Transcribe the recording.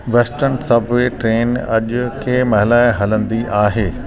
western subway train अॼु कंहिंमहिल हलंदी आहे